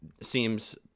seems